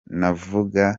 navuga